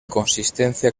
consistencia